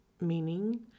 meaning